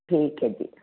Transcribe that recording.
ਠੀਕ ਹੈ ਜੀ